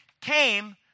came